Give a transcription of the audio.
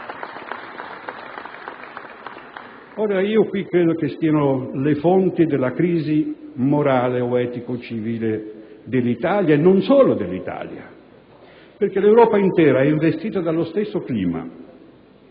Ora, qui credo che stiano le fonti della crisi morale o etico-civile dell'Italia e non solo di essa, perché l'Europa intera è investita dallo stesso clima